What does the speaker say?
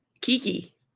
Kiki